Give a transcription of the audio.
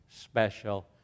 special